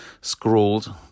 scrawled